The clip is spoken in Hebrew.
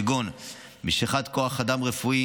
כגון משיכת כוח אדם רפואי